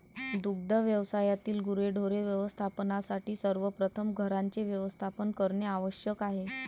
दुग्ध व्यवसायातील गुरेढोरे व्यवस्थापनासाठी सर्वप्रथम घरांचे व्यवस्थापन करणे आवश्यक आहे